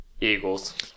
Eagles